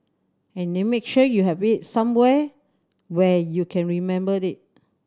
and then make sure you have it somewhere where you can remember it